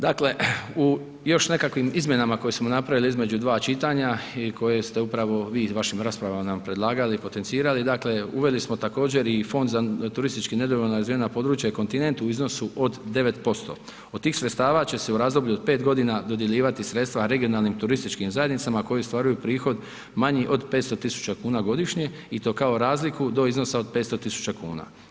Dakle, u još nekakvim izmjenama koje smo napravili između dva čitanja i koje ste upravi vi u vašim raspravama nam predlagali i potencirali, dakle, uveli smo također i fond za turistički nedovoljno razvijena područja i kontinent u iznosu 9%. od tih sredstava će se u razdoblju od 5 godina dodjeljivati sredstva regionalnim turističkim zajednicama koje ostvaruju prihod manji od 500 tisuća kuna godišnje i to kao razliku do iznosa od 500 tisuća kuna.